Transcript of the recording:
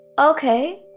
Okay